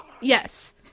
Yes